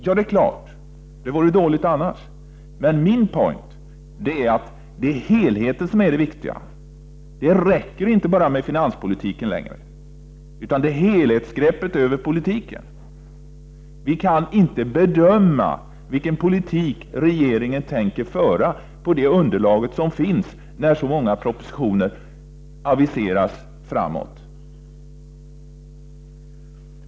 Ja, det vore dåligt annars. Men min poäng är att det är helheten som är det viktiga. Det räcker inte längre med enbart finanspolitiken, utan vi måste se till helhetsgreppet över politiken. Vi kan inte på det underlag som finns bedöma vilken politik regeringen tänker föra, när det aviseras så många propositioner framöver.